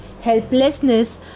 helplessness